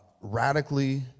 radically